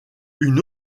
une